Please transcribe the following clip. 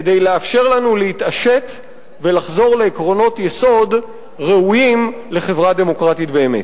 כדי לאפשר לנו להתעשת ולחזור לעקרונות יסוד ראויים לחברה דמוקרטית באמת.